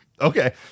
Okay